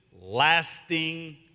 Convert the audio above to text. lasting